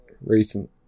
recent